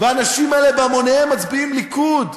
והאנשים האלה בהמוניהם מצביעים ליכוד,